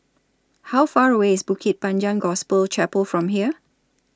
How Far away IS Bukit Panjang Gospel Chapel from here